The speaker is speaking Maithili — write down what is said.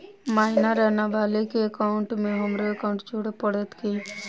माइनर वा नबालिग केँ एकाउंटमे हमरो एकाउन्ट जोड़य पड़त की?